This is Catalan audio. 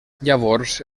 llavors